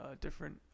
different